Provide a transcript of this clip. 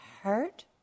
hurt